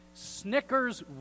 snickers